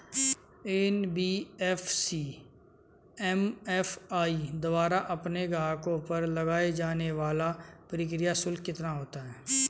NBFC MFI द्वारा अपने ग्राहकों पर लगाए जाने वाला प्रक्रिया शुल्क कितना होता है?